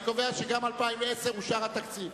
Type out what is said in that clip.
אני קובע שגם ל-2010 אושר התקציב.